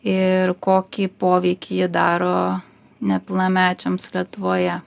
ir kokį poveikį ji daro nepilnamečiams lietuvoje